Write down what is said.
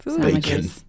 Bacon